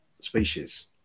species